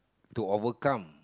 to overcome